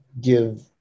give